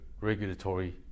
regulatory